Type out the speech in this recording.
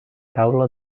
taula